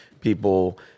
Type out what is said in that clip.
people